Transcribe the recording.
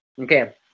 okay